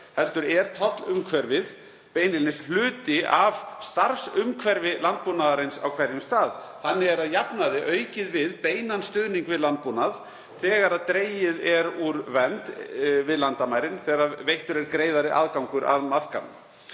heldur er tollumhverfið beinlínis hluti af starfsumhverfi landbúnaðarins á hverjum stað. Þannig er að jafnaði aukið við beinan stuðning við landbúnað þegar dregið er úr vernd við landamærin, þegar veittur er greiðari aðgangur að markaðnum.